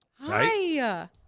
Hi